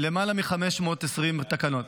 למעלה מ-520 תקנות.